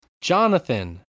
Jonathan